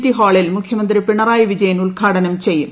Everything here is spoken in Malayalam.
ടി ഹാളിൽ മുഖ്യമന്ത്രി പിണറായി വിജയൻ ഉദ്ഘാടനം ചെയ്യും